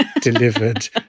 delivered